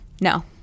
No